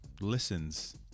listens